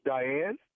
Diane